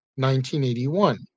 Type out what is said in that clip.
1981